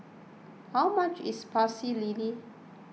how much is Pecel Lele